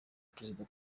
perezida